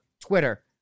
Twitter